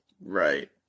Right